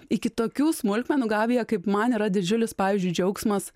iki tokių smulkmenų gabija kaip man yra didžiulis pavyzdžiui džiaugsmas